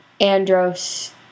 Andros